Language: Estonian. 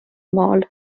maal